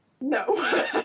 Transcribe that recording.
No